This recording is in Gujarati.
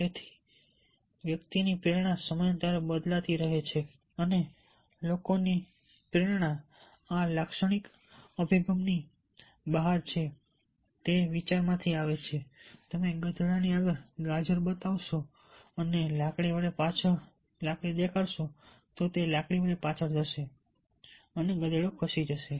તેથી તેથી વ્યક્તિની પ્રેરણા સમયાંતરે બદલાતી રહે છે અને લોકોની પ્રેરણા આ લાક્ષણિક અભિગમની બહાર છે તે વિચારમાંથી આવે છે તમે ગધેડાની આગળ ગાજર બતાવો અને તેને લાકડી વડે પાછળ ધકેલી દો ગધેડો ખસી જશે